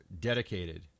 dedicated